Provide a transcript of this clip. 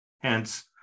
Hence